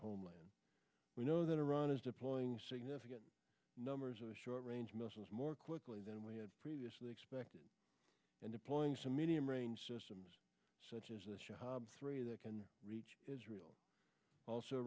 homeland we know that iran is deploying significant numbers of a short range missiles more quickly than we had previously expected and deploying some medium range such as this job three that can reach israel also